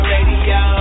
Radio